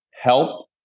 help